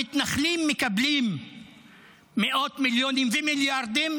המתנחלים מקבלים מאות מיליונים ומיליארדים